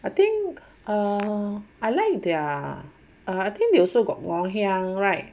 I think err I like their I think they also got ngoh hiang right